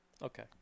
Okay